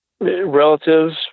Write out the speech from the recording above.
relatives